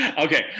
Okay